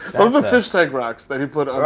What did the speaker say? those are fish tank rocks that he put